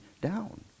down